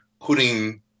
putting